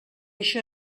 això